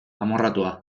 amorratua